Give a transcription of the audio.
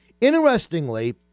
Interestingly